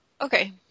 Okay